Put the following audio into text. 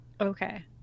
okay